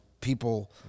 people